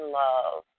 love